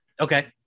Okay